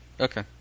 Okay